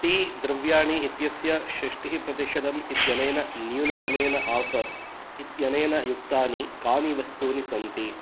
T द्रव्याणि इत्यस्य षष्टिः प्रतिशतम् इत्यनेन न्यूनतमेन आफ़र् इत्यनेन युक्तानि कानि वस्तूनि सन्ति